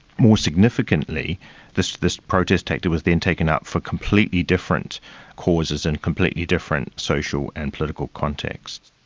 more significantly this this protest tactic was then taken up for completely different causes and completely different social and political contexts.